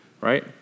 right